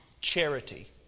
charity